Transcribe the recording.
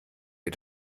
wir